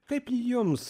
kaip jums